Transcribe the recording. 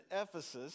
Ephesus